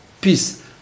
Peace